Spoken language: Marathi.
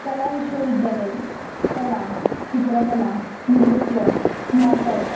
कला विश्वविद्यालये कला चित्रकला नृत्य नाटक